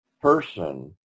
person